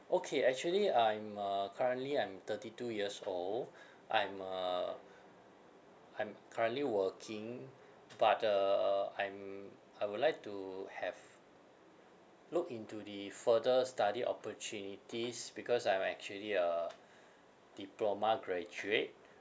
okay actually I'm uh currently I'm thirty two years old I'm uh I'm currently working but uh I'm I would like to have look into the further study opportunities because I'm actually a diploma graduate